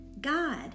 God